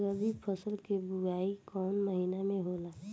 रबी फसल क बुवाई कवना महीना में होला?